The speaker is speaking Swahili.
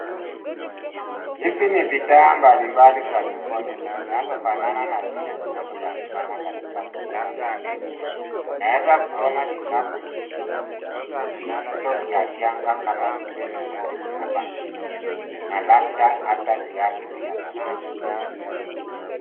Hizi ni bidhaa mbalimbali za mikono, zinazofanana na zile zinazopatikana katika soko la maasai. Unaeza kuona kikapu vilivyofumwa, vitu vya shanga kama vile mikufu na bangili, na labda ata viatu vya maasai.